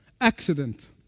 accident